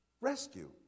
Rescue